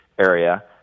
area